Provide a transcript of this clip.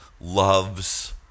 loves